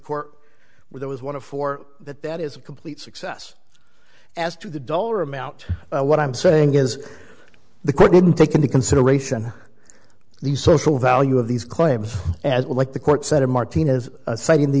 court where there was one of four that that is a complete success as to the dollar amount what i'm saying is the court didn't take into consideration the social value of these claims as well like the court said of martinez citing the